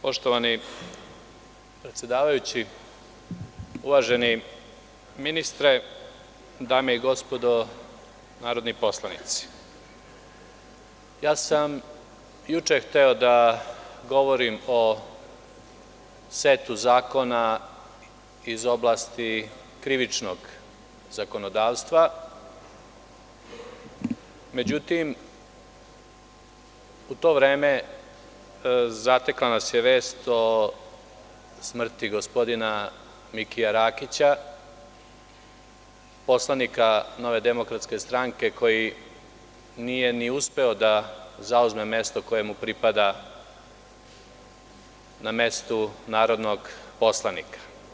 Poštovani predsedavajući, uvaženi ministre, ja sam juče hteo da govorim o setu zakona iz oblasti krivičnog zakonodavstva, međutim, u to vreme zatekla nas je vest o smrti gospodina Mikija Rakića, poslanika NDS koji nije ni uspeo da zauzme mesto koje mu pripada na mestu narodnog poslanika.